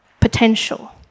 potential